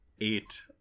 eight